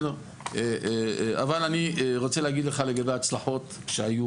אני רוצה להגיד לך לגבי הצלחות שהיו